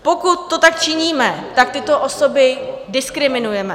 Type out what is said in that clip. Pokud to tak činíme, tak tyto osoby diskriminujeme.